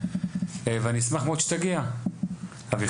ואני אשמח מאוד שתגיע אביחי,